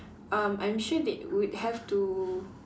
um I'm sure they would have to